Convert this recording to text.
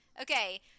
Okay